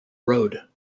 road